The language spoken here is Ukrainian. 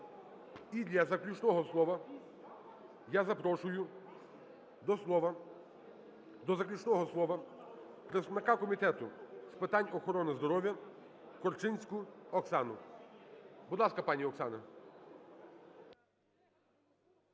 І для заключного слова я запрошую, до слова, до заключного слова, представника Комітету з питань охорони здоров'я Корчинську Оксану. Будь ласка, пані Оксана.